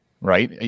right